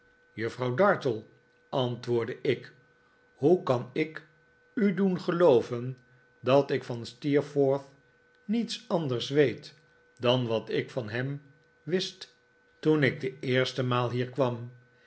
juffrouw dartle antwoordde ik hoe kan ik u doen gelooven dat ik van steerforth niets anders weet dan wat ik van hem wist toen ik de eerste maal hier kwam